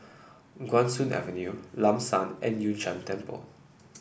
Guan Soon Avenue Lam San and Yun Shan Temple